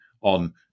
on